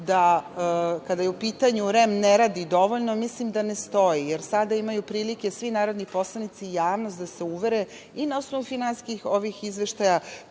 da kada je u pitanju REM ne radi dovoljno, mislim da ne stoji, jer sada imaju prilike svi narodni poslanici i javnost da se uvere i na osnovu finansijskih izveštaja